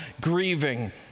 grieving